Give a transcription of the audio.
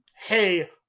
hey